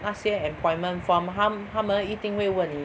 那些 employment form 他他们一定会问你